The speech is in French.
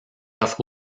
offre